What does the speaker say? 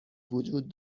وجود